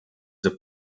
the